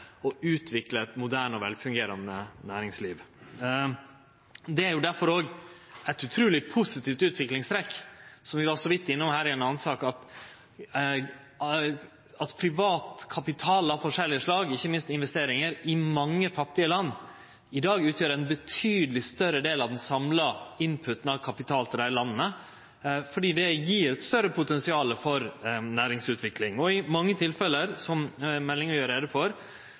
å utvikle eit moderne og velfungerande næringsliv. Det er derfor òg eit utruleg positivt utviklingstrekk – som vi så vidt var innom i ei anna sak – at privat kapital av forskjellige slag, ikkje minst investeringar, i mange fattige land i dag utgjer ein betydeleg større del av den samla «inputen» av kapital til dei landa, fordi det gjev eit større potensial for næringsutvikling. I mange tilfelle, som det er gjort greie for i meldinga,